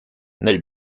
nel